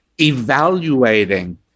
evaluating